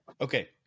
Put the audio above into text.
Okay